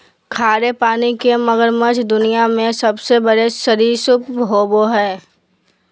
खारे पानी के मगरमच्छ दुनिया में सबसे बड़े सरीसृप होबो हइ